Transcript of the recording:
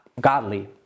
godly